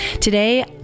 today